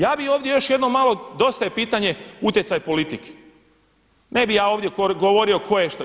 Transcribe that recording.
Ja bi ovdje još jednom malo dosta je pitanje utjecaj politike, ne bi ja ovdje govorio koješta.